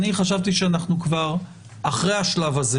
אני חשבתי שאנחנו כבר אחרי השלב הזה